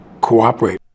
cooperate